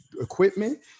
equipment